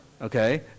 Okay